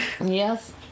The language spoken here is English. Yes